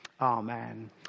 amen